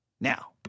now